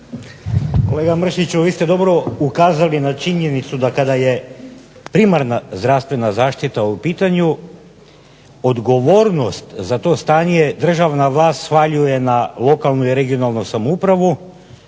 Kolega Mršiću vi ste dobro ukazali na činjenicu da kada je primarna zdravstvena zaštita u pitanju odgovornost za to stanje državna vlast svaljuje na lokalnu i regionalnu samoupravu,